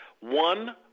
one